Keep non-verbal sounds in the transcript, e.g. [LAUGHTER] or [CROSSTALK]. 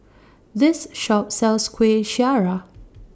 This Shop sells Kueh Syara [NOISE]